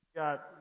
Got